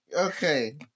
Okay